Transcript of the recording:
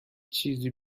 چیزی